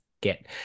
get